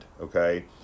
okay